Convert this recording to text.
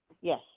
Yes